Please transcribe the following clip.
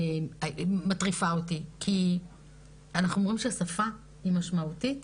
מטריפה אותי כי אנחנו אומרים ששפה היא משמעותית.